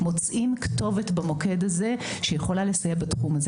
מוצאים כתובת במוקד הזה שיכול לסייע בתחום הזה.